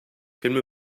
qu’elle